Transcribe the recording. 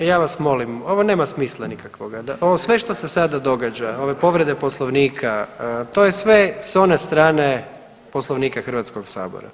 ja vas molim, ovo nema smisla nikakvoga, ovo sve što se sada događa, ove povrede Poslovnika, to je sve s one strane Poslovnika Hrvatskog sabora.